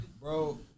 Bro